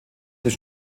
des